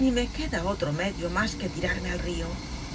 ni me queda otro medio mas que tirarme al rio